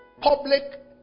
public